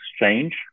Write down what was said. exchange